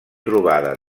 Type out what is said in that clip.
trobada